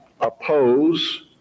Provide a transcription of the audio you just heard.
oppose